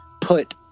put